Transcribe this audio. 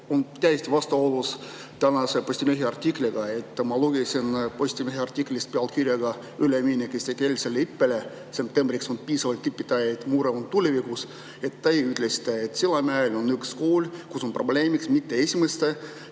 on täiesti vastuolus tänase Postimehe artikliga. Ma lugesin Postimehe artiklit pealkirjaga "Üleminek eestikeelsele õppele: septembriks on piisavalt õpetajaid, mure on tulevikus". Teie ütlesite, et Sillamäel on üks kool, kus on probleemiks mitte esimeste